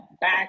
back